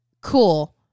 Cool